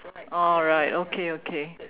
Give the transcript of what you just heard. alright okay okay